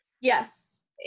Yes